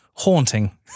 haunting